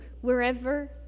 wherever